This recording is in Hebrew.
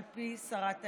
על פי שרת האנרגיה.